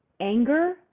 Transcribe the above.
anger